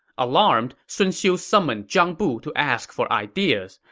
alarmed, sun xiu summoned zhang bu to ask for ideas.